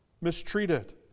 mistreated